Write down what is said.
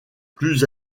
plus